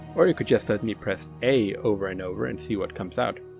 or you could just let me press a over and over and see what comes out.